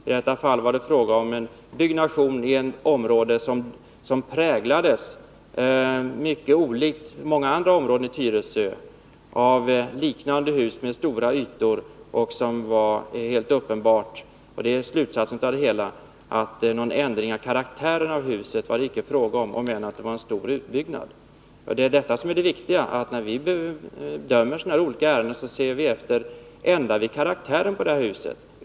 I detta fall var det fråga om en byggnation i ett område som — mycket olikt många andra områden i Tyresö — helt uppenbart präglades av liknande hus med stora ytor. Slutsatsen av det hela är att det inte var fråga om någon ändring av karaktären på huset; även om det gällde en stor utbyggnad. Det som är det viktiga när vi bedömer sådana här olika ärenden är att vi frågar oss: Ändrar vi karaktären på huset?